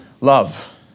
love